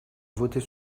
voter